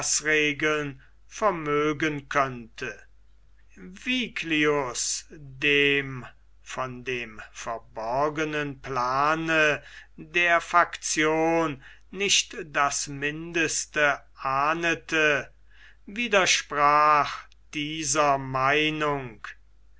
maßregeln vermögen könnte viglius dem von dem verborgenen plane der faktion nicht das mindeste ahnete widersprach dieser meinung